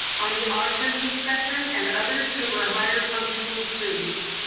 on the autism spectrum, and others who were higher functioning students.